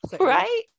Right